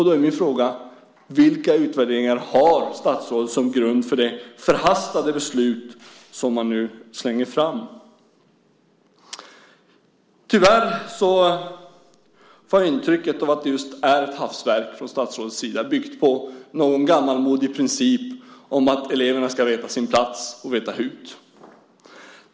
Då är min fråga: Vilka utvärderingar har statsrådet som grund för det förhastade beslut som nu slängs fram? Tyvärr får jag intrycket av att det just är ett hafsverk från statsrådets sida, byggt på någon gammalmodig princip om att eleverna ska veta sin plats och veta hut.